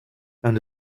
and